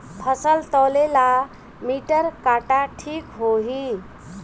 फसल तौले ला मिटर काटा ठिक होही?